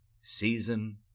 Season